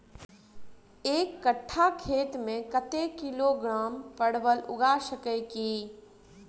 एक कट्ठा खेत मे कत्ते किलोग्राम परवल उगा सकय की??